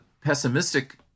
pessimistic